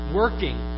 working